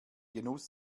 genuss